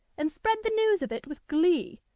and spread the news of it with glee,